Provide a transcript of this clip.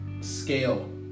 scale